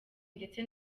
ndetse